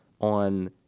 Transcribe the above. on